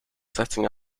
setting